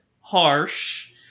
harsh